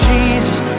Jesus